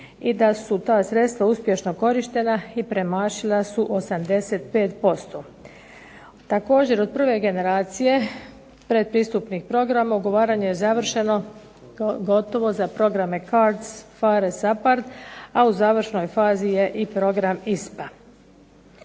i da su ta sredstva uspješno korištena i premašila su 85%. Također od prve generacije pretpristupnih programa ugovaranje je završeno gotovo za programe CARDS, PHARE, SAPARD a u završnoj fazi je i program ISPA.